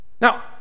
Now